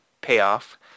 payoff